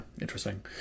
interesting